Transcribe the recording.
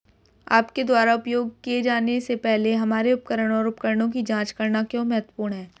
आपके द्वारा उपयोग किए जाने से पहले हमारे उपकरण और उपकरणों की जांच करना क्यों महत्वपूर्ण है?